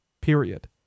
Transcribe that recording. period